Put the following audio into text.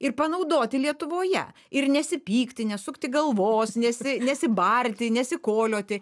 ir panaudoti lietuvoje ir nesipykti nesukti galvos nesi nesibarti nesikolioti